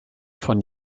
von